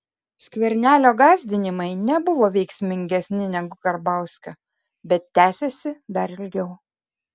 skvernelio gąsdinimai nebuvo veiksmingesni negu karbauskio bet tęsėsi dar ilgiau